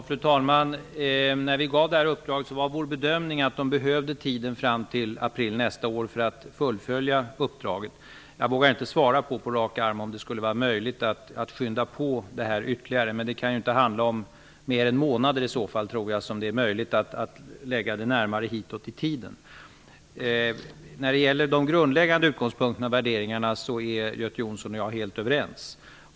Fru talman! När vi gav uppdraget var vår bedömning att Socialstyrelsen behöver tiden fram till nästa år för att fullfölja uppdraget. Jag vågar inte på rak arm svara på om det är möjligt att skynda på utredningen ytterligare. Men det kan inte handla om mer än månader som det är möjligt att lägga utredningen närmare hitåt i tiden. När det gäller de grundläggande utgångspunkterna och värderingarna är Göte Jonsson och jag helt överens.